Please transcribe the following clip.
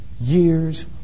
years